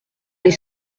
les